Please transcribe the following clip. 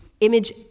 image